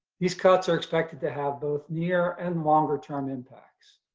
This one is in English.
these cuts are expected to have both near and longer term impacts.